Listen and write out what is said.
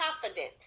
confident